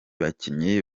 bakinnyi